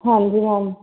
ਹਾਂਜੀ ਮੈਮ